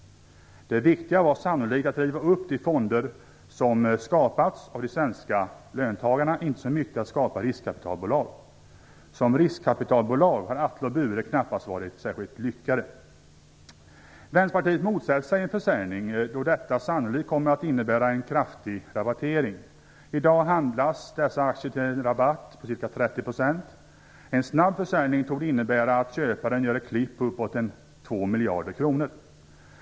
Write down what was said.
Det viktiga var sannolikt att riva upp de fonder som skapats av de svenska löntagarna - inte så mycket att skapa riskkapitalbolag. Som riskkapitalbolag har Atle och Bure knappast varit särskilt lyckade. Vänsterpartiet motsätter sig en försäljning, då detta sannolikt kommer att innebära en kraftig rabattering. I dag handlas dessa aktier till en rabatt om ca 30 %. En snabb försäljning torde innebära att köparen gör ett klipp om uppemot 2 miljarder kronor.